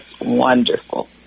wonderful